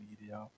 media